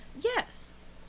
Yes